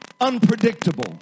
unpredictable